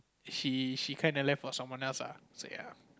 she she kind of left for someone else lah so ya